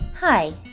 Hi